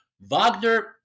Wagner